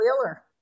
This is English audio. Wheeler